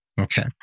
okay